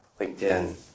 LinkedIn